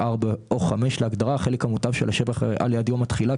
(4) או (5) להגדרה "החלק המוטב של השבח הריאלי עד יום התחילה"